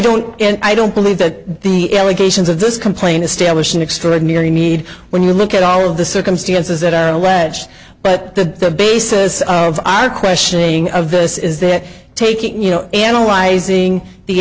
and i don't believe that the allegations of this complaint establish an extraordinary need when you look at all of the circumstances that are alleged but the basis of our questioning of this is that taking you know analyzing the